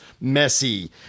messy